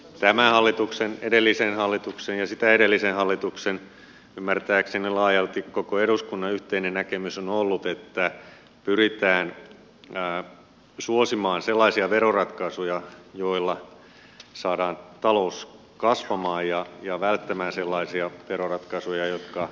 tämän hallituksen edellisen hallituksen ja sitä edellisen hallituksen ymmärtääkseni laajalti koko eduskunnan yhteinen näkemys on ollut että pyritään suosimaan sellaisia veroratkaisuja joilla saadaan talous kasvamaan ja välttämään sellaisia veroratkaisuja jotka talouskasvua haittaavat